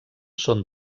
són